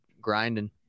grinding